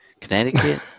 Connecticut